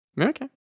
Okay